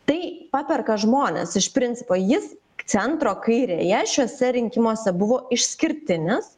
tai paperka žmones iš principo jis centro kairėje šiuose rinkimuose buvo išskirtinis